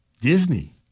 Disney